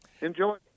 Enjoy